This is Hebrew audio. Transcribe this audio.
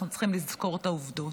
אנחנו צריכים לזכור את העובדות.